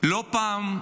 לא פעם,